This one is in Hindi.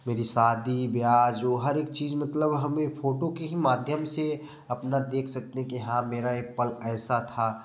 मेरी शादी ब्याह जो हर एक चीज मतलब हमें फोटो के ही माध्यम से अपना देख सकते हैं कि हाँ मेरा एक पल ऐसा था